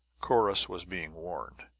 corrus was being warned.